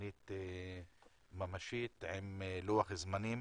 תוכנית ממשית עם לוח זמנים,